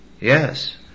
Yes